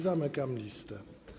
Zamykam listę.